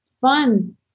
fun